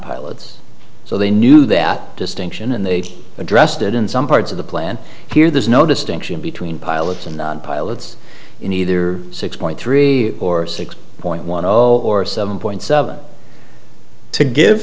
pilots so they knew that distinction and they addressed it in some parts of the plan here there's no distinction between pilots and pilots in either six point three or six point one zero or seven point seven to give